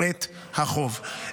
את החוב,